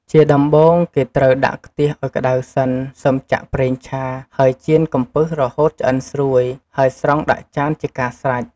ជាដំបូង គេត្រូវដាក់ខ្ទះឱ្យក្តៅសិន សិមចាក់ប្រេងឆា ហើយចៀនកំពឹសរហូតឆ្អិនស្រួយ ហើយស្រង់ដាក់ចានជាការស្រេច។